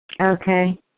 Okay